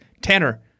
Tanner